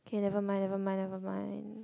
okay nevermind nevermind nevermind